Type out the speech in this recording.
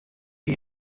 hie